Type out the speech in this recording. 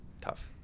Tough